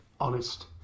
honest